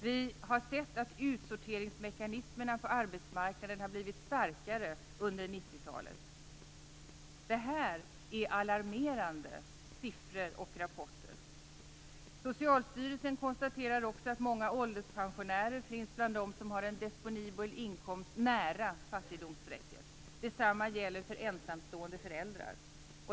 Vi har sett att utsorteringsmekanismerna på arbetsmarknaden har blivit starkare under 90-talet. Detta är alarmerande siffror och rapporter. Socialstyrelsen konstaterar också att många ålderspensionärer finns bland dem som har en disponibel inkomst nära fattigdomsstrecket. Detsamma gäller för ensamstående föräldrar.